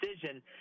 decision